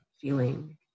feeling